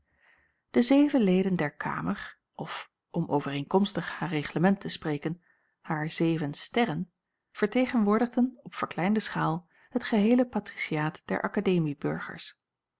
de zeven leden der kamer of om overeenkomstig haar reglement te spreken haar zeven sterren vertegenwoordigden op verkleinde schaal het geheele patriciaat der